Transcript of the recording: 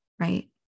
right